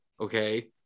okay